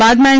બાદમાં એન